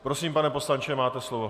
Prosím, pane poslanče, máte slovo.